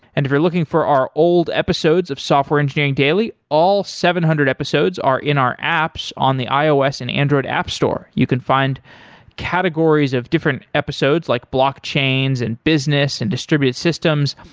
and if you're looking for our old episodes of software engineering daily, all seven hundred episodes are in our apps on the ios and android app store you can find categories of different episodes, like blockchains and business and distributed systems.